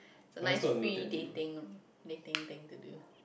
is a nice free dating dating thing to do